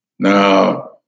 Now